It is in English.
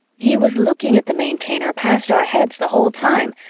he was looking at the maintainer past our heads the whole time,